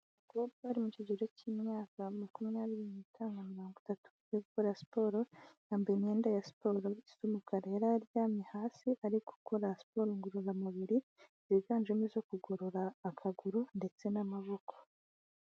Umukobwa uri mu kigero cy'imyaka makumyabiri n'itanu na mirongo itatu yo gukora siporo, yambaye imyenda ya siporo y'umukara, yari aryamye hasi ariko akora siporo ngororamubiri, ziganjemo izo kugorora akaguru, ndetse n'amaboko.